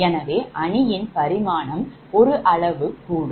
எனவே அணியின் பரிமாணம் 1 அளவு கூடும்